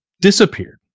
disappeared